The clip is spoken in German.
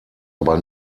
aber